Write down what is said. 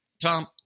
Tom